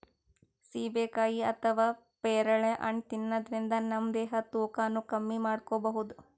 ಸೀಬೆಕಾಯಿ ಅಥವಾ ಪೇರಳೆ ಹಣ್ಣ್ ತಿನ್ನದ್ರಿನ್ದ ನಮ್ ದೇಹದ್ದ್ ತೂಕಾನು ಕಮ್ಮಿ ಮಾಡ್ಕೊಬಹುದ್